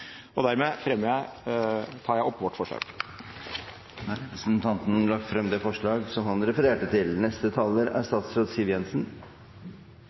Dermed tar jeg opp vårt forslag. Da har representanten Rasmus Hansson tatt opp det forslaget han refererte til. Statens pensjonsfond er